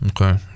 Okay